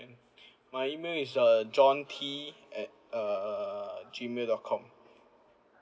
my email is uh john T at err gmail dot com